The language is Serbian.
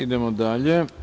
Idemo dalje.